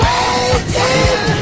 Waiting